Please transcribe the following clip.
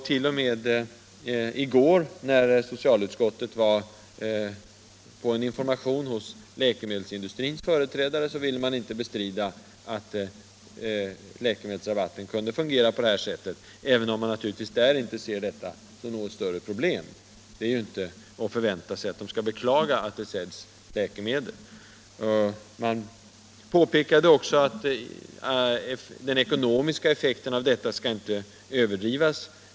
T. o. m. i går när socialutskottet var på informationssammanträde hos läkemedelsindustrins företrädare ville man inte bestrida att läkemedelsrabatten kunde fungera på det här sättet, även om man där naturligtvis inte ser detta som något större problem. Det är inte att förvänta sig att de skall beklaga att det säljs läkemedel. Man påpekade också att den ekonomiska effekten av detta inte skall överdrivas.